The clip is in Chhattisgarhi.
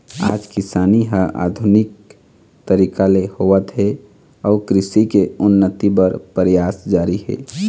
आज किसानी ह आधुनिक तरीका ले होवत हे अउ कृषि के उन्नति बर परयास जारी हे